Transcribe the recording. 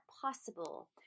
possible